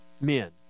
men